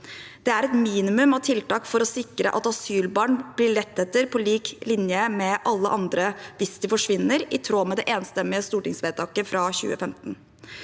Det er et minimum av tiltak for å sikre at asylbarn blir lett etter på lik linje med alle andre hvis de forsvinner, i tråd med det enstemmige stortingsvedtaket fra 2015.